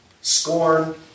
scorn